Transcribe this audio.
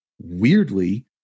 Weirdly